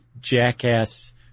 jackass